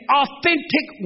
authentic